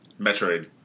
Metroid